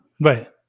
right